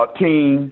team